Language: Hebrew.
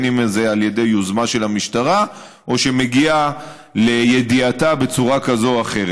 אם על ידי יוזמה של המשטרה ואם כשמגיע לידיעתה בצורה כזאת או אחרת.